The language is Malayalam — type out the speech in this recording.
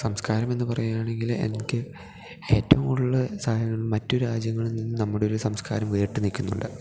സംസ്കാരമെന്ന് പറയുകയാണെങ്കിൽ എനിക്ക് ഏറ്റവും കൂടുതൽ മറ്റു രാജ്യങ്ങളിൽനിന്ന് നമ്മുടെയൊരു സംസ്കാരം വേറിട്ട് നിൽക്കുന്നുണ്ട്